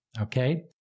Okay